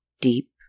deep